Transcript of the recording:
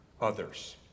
others